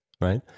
right